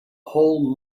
whole